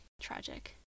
Tragic